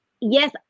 yes